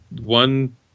one